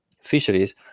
fisheries